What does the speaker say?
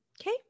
Okay